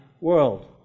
world